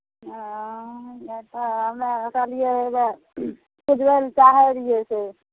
हँऽऽ नहि तऽ हमे कहलिए हेबे पुजबै ले चाहै रहिए से